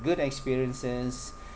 good experiences